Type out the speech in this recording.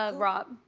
ah rob.